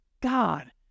God